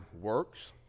works